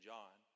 John